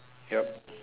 yup